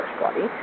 body